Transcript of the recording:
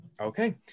Okay